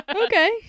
Okay